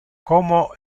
como